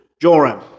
Joram